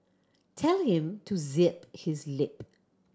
tell him to zip his lip